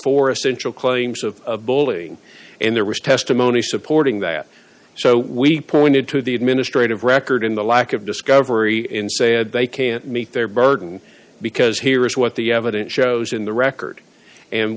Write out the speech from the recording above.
essential claims of bullying and there was testimony supporting that so we pointed to the administrative record in the lack of discovery in said they can't meet their burden because here is what the evidence shows in the record and